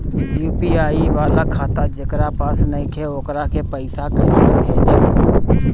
UPI वाला खाता जेकरा पास नईखे वोकरा के पईसा कैसे भेजब?